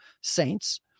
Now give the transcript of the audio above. saints